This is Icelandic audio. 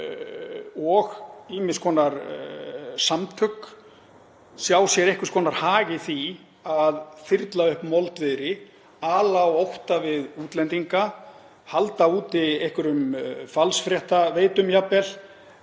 og ýmiss konar samtök sjái sér einhvers konar hag í því að þyrla upp moldviðri, ala á ótta við útlendinga, halda úti einhverjum falsfréttaveitum jafnvel,